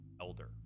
elder